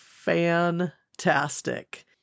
fantastic